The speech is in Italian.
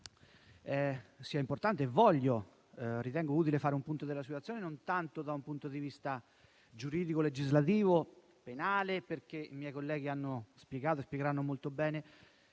sia importante e ritengo utile fare un punto della situazione, e non tanto da un punto di vista giuridico, legislativo e penale, perché i miei colleghi hanno spiegato e spiegheranno molto bene